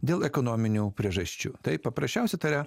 dėl ekonominių priežasčių tai paprasčiausiai tave